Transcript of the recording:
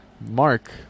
Mark